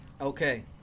Okay